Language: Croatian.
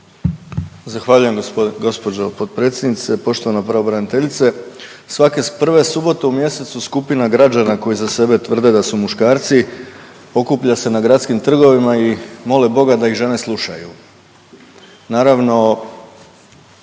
Zahvaljujem gospođo potpredsjednice. Poštovana pravobraniteljice. Svake prve subote u mjesecu skupina građana koji za sebe tvrde da su muškarci okuplja se na gradskim trgovima i mole Boga da ih žene slušaju.